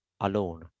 alone